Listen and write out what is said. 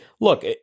look